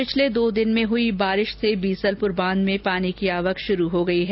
पिछले दो ॅदिन में हुई वर्षा से बीसलपुर बांध में पानी की आवक शुरू हो गई है